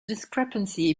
discrepancy